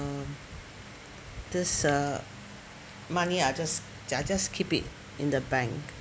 uh this uh money I just I just keep it in the bank